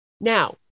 Now